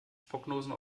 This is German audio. prognosen